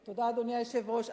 תודה, אדוני היושב-ראש.